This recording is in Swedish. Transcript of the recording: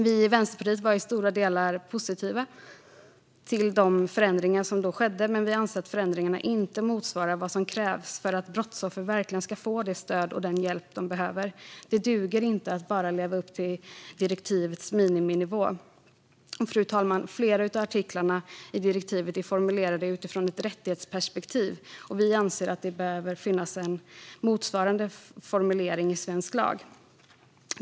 Vi i Vänsterpartiet var i stora delar positiva till de förändringar som skedde när detta infördes, men vi anser att förändringarna inte motsvarar vad som krävs för att brottsoffer verkligen ska få det stöd och den hjälp de behöver. Det duger inte att bara leva upp till direktivets miniminivå. Fru talman! Flera av artiklarna i direktivet är formulerade utifrån ett rättighetsperspektiv. Vi anser att det behöver finnas en motsvarande formulering i svensk lag.